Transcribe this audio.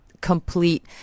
complete